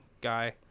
guy